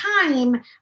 time